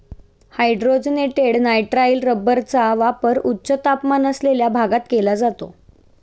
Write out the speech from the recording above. hydrogenated nitrile रबरचा वापर उच्च तापमान असलेल्या भागात केला जातो